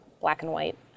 black-and-white